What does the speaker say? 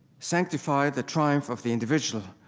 sanctified the triumph of the individual,